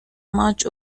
much